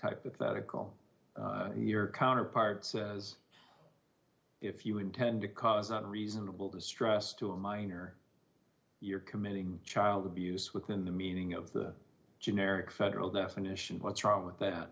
hypothetical and your counterpart says if you intend to cause not reasonable distress to a minor you're committing child abuse within the meaning of the generic federal definition what's wrong with that